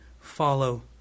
follow